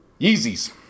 Yeezys